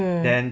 mm